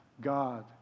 God